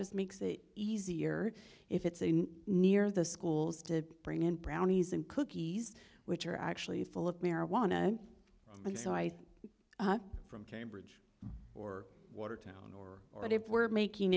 just makes it easier if it's a near the schools to bring in brownies and cookies which are actually full of marijuana and so i think from cambridge or watertown or or if we're making